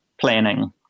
planning